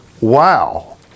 Wow